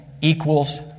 equals